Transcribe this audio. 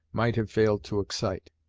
might have failed to excite.